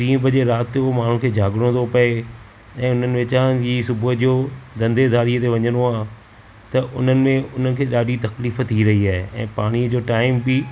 टीं बजे राति जो माण्हूअ खे ॼागणो थो पवे ऐं हुननि विचारनि जी सुबुह जो धंधेदारीअ ते वञणो आहे त हुननि में हुननि खे ॾाढी तकलीफ़ थी रही आहे ऐं पाणीअ जो टाइम बि